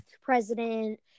president